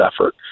effort